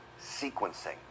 sequencing